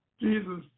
Jesus